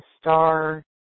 star